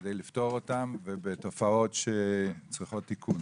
כדי לפתור אותן ותופעות שצריכות תיקון,